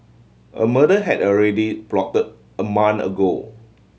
a murder had already plotted a month ago